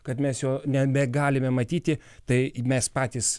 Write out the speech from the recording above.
kad mes jo nebegalime matyti tai mes patys